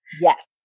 Yes